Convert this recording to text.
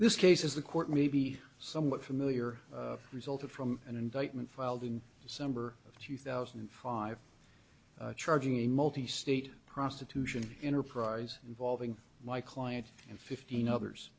this case as the court may be somewhat familiar resulted from an indictment filed in december of two thousand and five charging a multi state prostitution enterprise involving my client and fifteen others